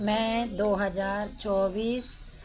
मैं दो हज़ार चौबीस